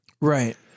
Right